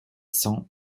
cents